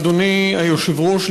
אדוני היושב-ראש,